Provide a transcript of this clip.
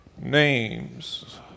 Names